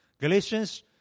Galatians